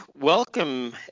welcome